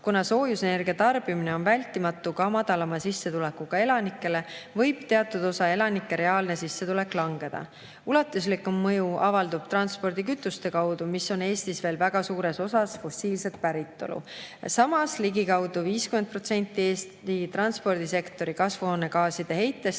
kuna soojusenergia tarbimine on vältimatu ka madalama sissetulekuga elanikele, võib teatud osa elanike reaalne sissetulek langeda. Ulatuslikum mõju avaldub transpordikütuste kaudu, mis on Eestis veel väga suures osas fossiilset päritolu. Samas ligikaudu 50% Eesti transpordisektori kasvuhoonegaaside heitest